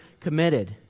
committed